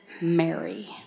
Mary